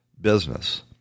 business